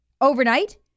Overnight